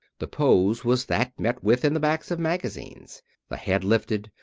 the pose was that met with in the backs of magazines the head lifted,